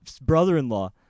brother-in-law